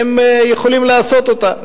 והם יכולים לעשות אותה.